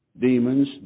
demons